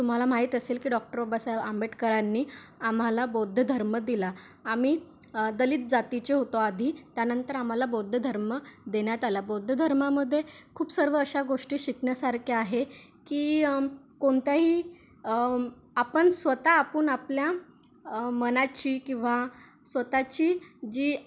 तुम्हाला माहीत असेल की डॉक्टर बाबासाहेब आंबेडकरांनी आम्हाला बौद्ध धर्म दिला आम्ही दलित जातीचे होतो आधी त्यानंतर आम्हाला बौद्ध धर्म देण्यात आला बौद्ध धर्मामध्ये खूप सर्व अशा गोष्टी शिकण्यासारख्या आहे की कोणत्याही आपण स्वतः आपण आपल्या मनाची किंवा स्वतःची जी